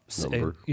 number